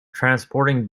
transporting